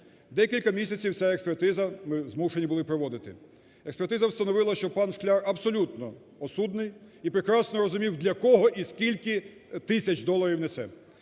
Декілька місяців ця експертиза, ми змушені були проводити. Експертиза встановила, що пан Шкляр абсолютно осудний і прекрасно розумів, для кого і скільки тисяч доларів несе.